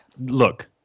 look